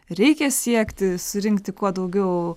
reikia siekti surinkti kuo daugiau